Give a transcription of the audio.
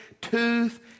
tooth